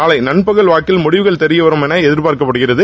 நாளை நண்பகல்வாக்கில் முடிவுகள் தெரியவரும் என எதிர்பார்க்கப்படுகிறது